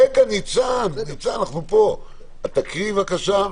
תקראי בבקשה,